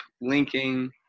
linking